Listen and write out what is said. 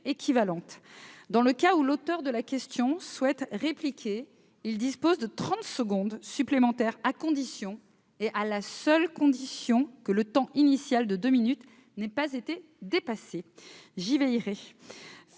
équivalente. Dans le cas où l'auteur de la question souhaite répliquer, il dispose de trente secondes supplémentaires, à la condition que le temps initial de deux minutes n'ait pas été dépassé. Dans le